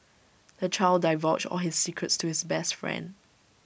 the child divulged all his secrets to his best friend